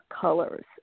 colors